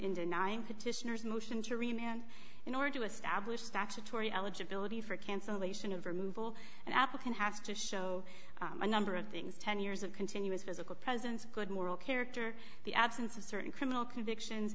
in denying petitioners motion to remain and in order to establish statutory eligibility for cancellation of removal an applicant has to show a number of things ten years of continuous physical presence good moral character the absence of certain criminal convictions